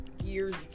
years